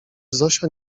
zosia